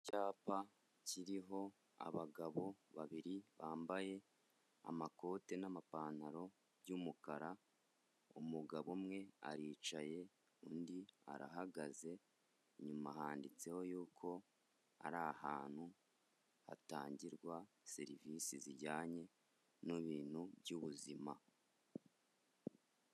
Icyapa kiriho abagabo babiri bambaye amakoti n'amapantaro by'umukara, umugabo umwe aricaye undi arahagaze, inyuma handitseho yuko ari ahantu hatangirwa serivisi zijyanye n'ibintu by'ubuzima.